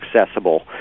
accessible